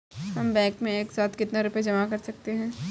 हम बैंक में एक साथ कितना रुपया जमा कर सकते हैं?